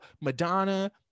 madonna